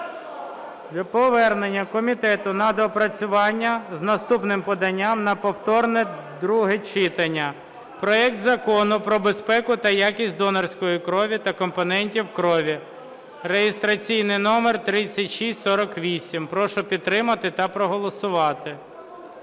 про повернення комітету на доопрацювання з наступним поданням на повторне друге читання проект Закону про безпеку та якість донорської крові та компонентів крові (реєстраційний номер 3648). Прошу підтримати та проголосувати.